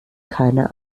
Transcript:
keine